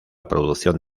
producción